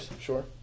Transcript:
Sure